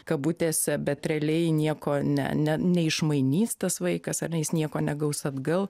kabutėse bet realiai nieko ne ne neišmainys tas vaikas ar ne jis nieko negaus atgal